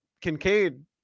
Kincaid